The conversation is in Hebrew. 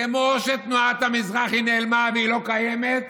כמו שתנועת המזרחי נעלמה והיא לא קיימת,